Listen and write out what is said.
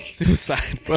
suicide